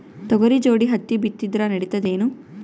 ತೊಗರಿ ಜೋಡಿ ಹತ್ತಿ ಬಿತ್ತಿದ್ರ ನಡಿತದೇನು?